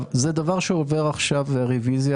זה דבר שעובר עכשיו רוויזיה,